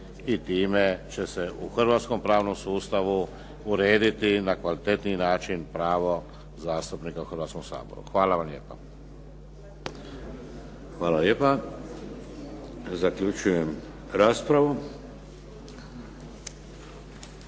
i time će se u hrvatskom pravnom sustavu urediti na kvalitetniji način pravo zastupnika u Hrvatskom saboru. Hvala vam lijepa. **Šeks, Vladimir (HDZ)** Hvala lijepa. Zaključujem raspravu.